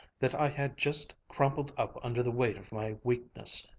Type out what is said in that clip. that i had just crumpled up under the weight of my weakness.